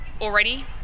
already